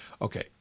Okay